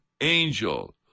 angel